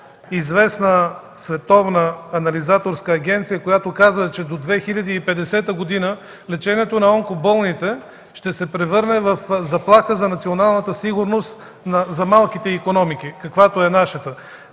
известна световна анализаторска агенция, която казва, че до 2050 г. лечението на онкоболните ще се превърне в заплаха за националната сигурност за малките икономики, каквато е нашата.